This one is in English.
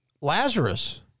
Lazarus